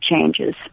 changes